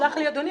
תסלח לי אדוני,